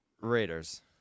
Raiders